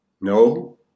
No